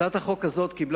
הצעת החוק הזאת קיבלה